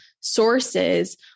sources